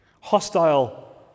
Hostile